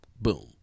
boom